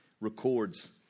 records